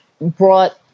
brought